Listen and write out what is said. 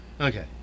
Okay